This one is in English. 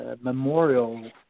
memorial